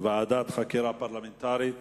ועדת חקירה פרלמנטרית